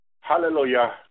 hallelujah